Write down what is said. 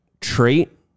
trait